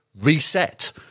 reset